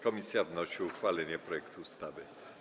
Komisja wnosi o uchwalenie projektu ustawy.